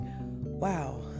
wow